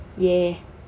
ya